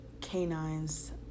canines